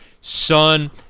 son